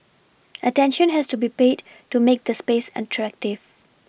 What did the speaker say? attention has to be paid to make the space attractive